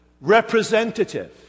representative